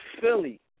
Philly